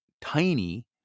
tiny